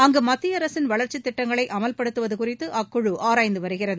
அங்கு மத்திய அரசின் வளர்ச்சி திட்டங்களை அமல்படுத்துவது குறித்து அக்குழு ஆராய்ந்து வருகிறது